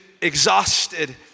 exhausted